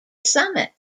summit